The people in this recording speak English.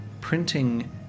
printing